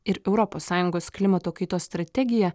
ir europos sąjungos klimato kaitos strategija